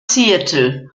seattle